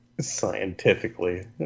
Scientifically